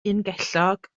ungellog